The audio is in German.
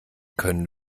können